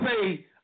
say